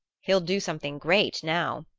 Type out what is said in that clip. he'll do something great now!